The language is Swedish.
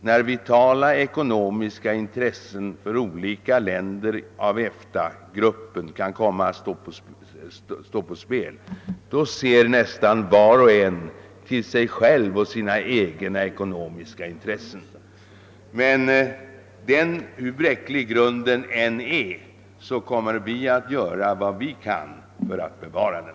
När vitala ekonomiska intressen för olika länder inom EFTA-gruppen står på spel ser nästan var och en på sitt eget bästa. Men hur bräcklig grunden än är kommer vi att göra vad vi kan för att bevara den.